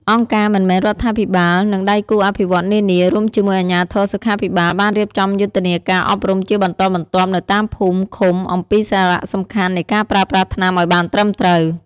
អង្គការមិនមែនរដ្ឋាភិបាល និងដៃគូអភិវឌ្ឍន៍នានា រួមជាមួយអាជ្ញាធរសុខាភិបាល បានរៀបចំយុទ្ធនាការអប់រំជាបន្តបន្ទាប់នៅតាមភូមិ ឃុំ អំពីសារៈសំខាន់នៃការប្រើប្រាស់ថ្នាំឱ្យបានត្រឹមត្រូវ ។